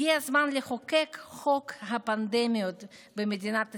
הגיע הזמן לחוקק את חוק הפנדמיות במדינת ישראל,